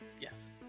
Yes